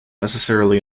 necessarily